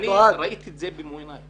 אני ראיתי זאת במו עיני.